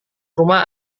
rumah